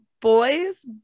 boys